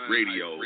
Radio